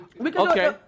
Okay